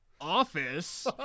office